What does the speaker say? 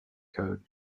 code